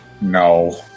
No